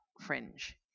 fringe